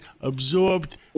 absorbed